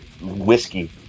whiskey